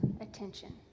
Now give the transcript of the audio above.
attention